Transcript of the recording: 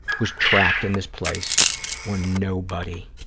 was trapped in this place where nobody